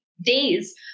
Days